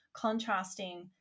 contrasting